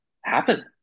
happen